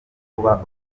kuba